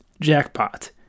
Jackpot